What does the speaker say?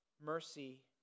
mercy